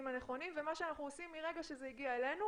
הנכונים ומה שאנחנו עושים מרגע שזה הגיע אלינו